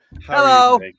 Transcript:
Hello